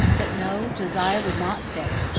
but, no, josiah would not stay.